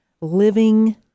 living